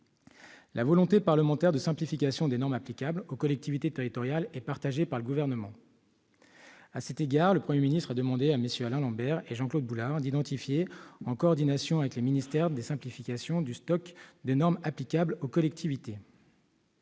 La volonté parlementaire de simplification des normes applicables aux collectivités territoriales est partagée par le Gouvernement. À ce titre, le Premier ministre a demandé à MM. Alain Lambert et Jean-Claude Boulard d'identifier, en coordination avec les ministères, des simplifications du stock de normes applicables aux collectivités.